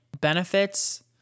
benefits